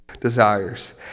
Desires